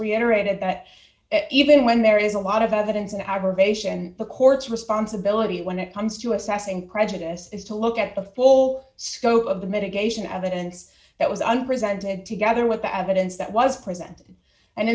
reiterated that even when there is a lot of evidence and aggravation the courts responsibility when it comes to assessing prejudice is to look at the full scope of the mitigation evidence that was an prevented together with the evidence that was presented and